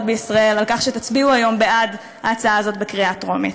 בישראל על כך שתצביעו היום בעד ההצעה הזאת בקריאה טרומית.